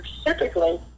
specifically